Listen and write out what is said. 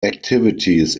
activities